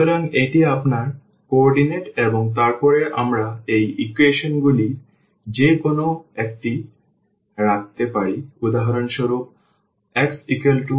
সুতরাং এটি আপনার কোঅর্ডিনেট এবং তারপরে আমরা এই ইকুয়েশনগুলির যে কোনও একটিতে রাখতে পারি উদাহরণস্বরূপ x 1 y তার মানে 2